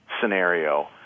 scenario